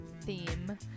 theme